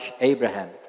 Abraham